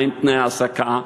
מה הם תנאי ההעסקה,